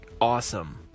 awesome